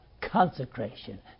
consecration